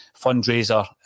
fundraiser